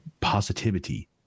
positivity